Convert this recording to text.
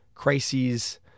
crises